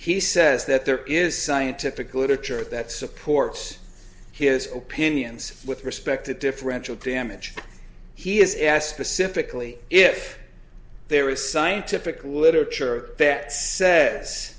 he says that there is scientific literature that supports his opinions with respect to differential damage he has aspecific only if there is scientific literature vets says